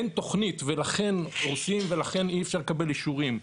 אין תוכנית ולכן הורסים ולכן אי אפשר לקבל אישורים.